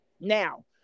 Now